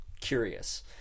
Curious